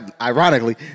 ironically